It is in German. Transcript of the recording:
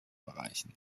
bereichen